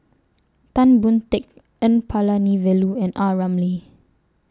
Tan Boon Teik N Palanivelu and A Ramli